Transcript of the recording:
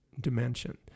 dimension